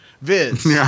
Viz